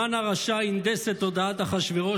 המן הרשע הנדס את תודעת אחשוורוש